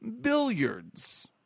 billiards